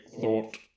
thought